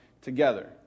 together